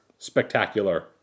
spectacular